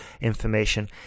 information